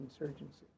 insurgency